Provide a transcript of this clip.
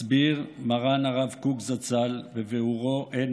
מסביר מרן הרב קוק זצ"ל בביאורו עין